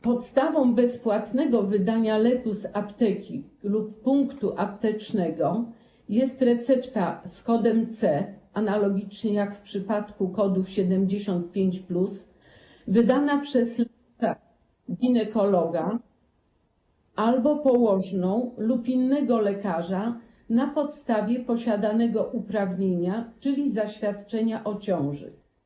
Podstawą bezpłatnego wydania leku z apteki lub punktu aptecznego jest recepta z kodem C, analogicznie jak w przypadku kodu 75+, wydana przez lekarza ginekologa albo położną lub innego lekarza na podstawie posiadanego uprawnienia, czyli zaświadczenia o ciąży.